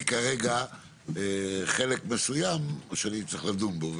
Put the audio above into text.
אבל השלטון החדש העביר לי כרגע חלק מסוים שאני צריך לדון בו.